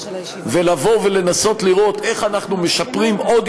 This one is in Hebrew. ולבוא ולנסות לראות איך אנחנו משפרים עוד